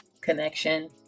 connection